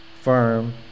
firm